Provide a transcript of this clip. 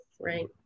Right